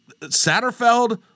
Satterfeld-